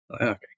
Okay